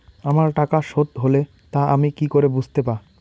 আমার টাকা শোধ হলে তা আমি কি করে বুঝতে পা?